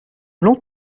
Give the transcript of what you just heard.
blanc